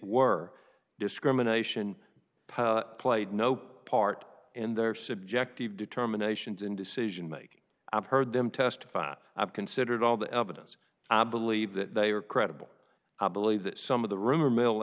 were discrimination played no part in their subjective determination to in decision making i've heard them testify i've considered all the evidence i believe that they are credible i believe that some of the rumor mill